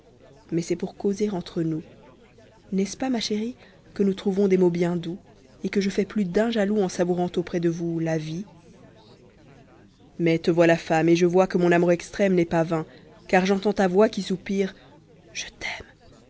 mais c'est pour causer entre nous n'est-ce pas ma chérie que nous trouvons des mots bien doux et que je fais plus d'un jaloux en savourant auprès de vous la vie mais te voilà femme et je vois que mon amour extrême n'est pas vain car j'entends ta voix qui soupire je t'aime